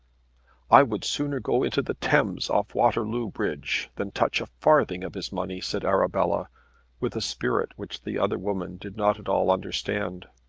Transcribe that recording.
i would sooner go into the thames off waterloo bridge than touch a farthing of his money, said arabella with a spirit which the other woman did not at all understand.